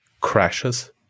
crashes